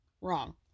Wrong